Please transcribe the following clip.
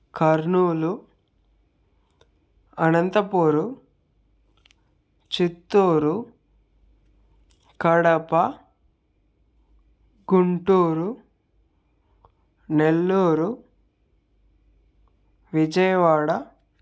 Kurnool Anantapur Chittoor Kadapa Guntur Nellore Vijayawada